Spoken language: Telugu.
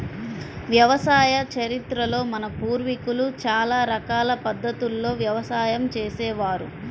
వ్యవసాయ చరిత్రలో మన పూర్వీకులు చాలా రకాల పద్ధతుల్లో వ్యవసాయం చేసే వారు